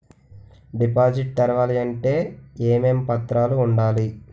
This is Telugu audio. డిపాజిట్ తెరవాలి అంటే ఏమేం పత్రాలు ఉండాలి?